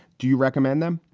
do you recommend them?